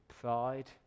pride